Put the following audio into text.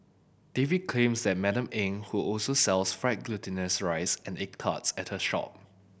David claims that Madam Eng who also sells fried glutinous rice and egg tarts at her shop